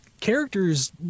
characters